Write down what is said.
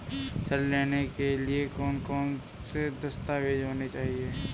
ऋण लेने के लिए कौन कौन से दस्तावेज होने चाहिए?